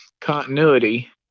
continuity